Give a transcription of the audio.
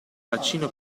bacino